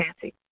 fancy